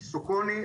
"סוקוני",